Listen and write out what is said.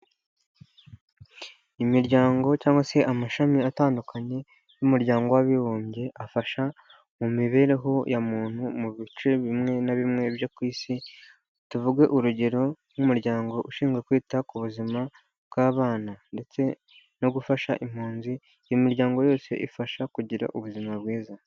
Imiryango cyangwa se amashami atandukanye y'umuryango w'abibumbye afasha mu mibereho ya muntu mu bice bimwe na bimwe byo kw’isi tuvuge urugero nk'umuryango ushinzwe kwita ku buzima bw'abana ndetse no gufasha impunzi imiryango yose ifasha kugira ubuzima bwiza.